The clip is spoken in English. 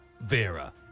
Vera